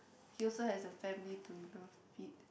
he also has a family to you know feed